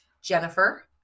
jennifer